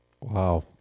Wow